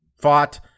fought